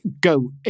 go